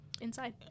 inside